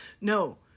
No